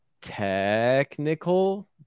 Technical